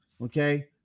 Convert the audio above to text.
okay